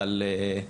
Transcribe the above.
על ידי